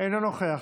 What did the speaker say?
מוותר.